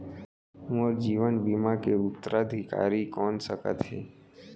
मोर जीवन बीमा के उत्तराधिकारी कोन सकत हे?